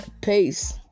Peace